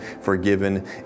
forgiven